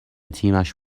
تیمش